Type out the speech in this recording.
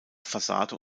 fassade